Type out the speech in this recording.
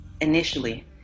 initially